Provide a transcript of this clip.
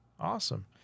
Awesome